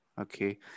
Okay